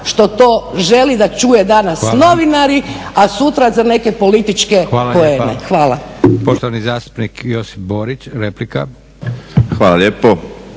što to želi da čuje danas novinari a sutra za neke političke poene. Hvala.